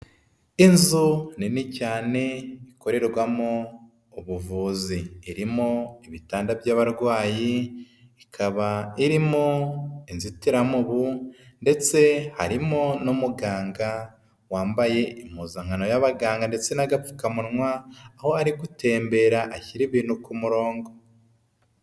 Inzu nini cyane ikorerwamo ubuvuzi, irimo ibitanda by'abarwayi, ikaba irimo inzitiramubu ndetse harimo n'umuganga wambaye impuzankano y'abaganga ndetse n'agapfukamunwa, aho ari gutembera ashyira ibintu ku murongo.